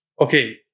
Okay